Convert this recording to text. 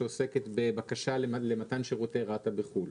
שעוסקת בבקשה למתן שירותי רת"א בחו"ל.